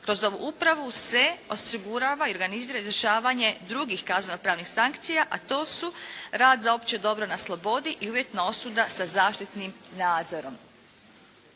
kroz ovu upravu se osigurava i organizira izvršavanje drugih kaznenopravnih sankcija, a to su rad za opće dobro na slobodi i uvjetna osuda sa zaštitnim nadzorom.